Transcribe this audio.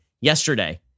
yesterday